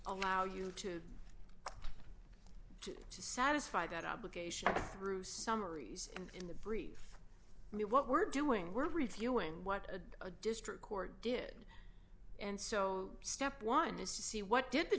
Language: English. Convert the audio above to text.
allow you to just to satisfy that obligation through summaries and in the brief me what we're doing we're reviewing what a a district court did and so step one is to see what did they